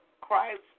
Christ